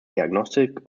diagnostic